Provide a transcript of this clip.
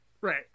Right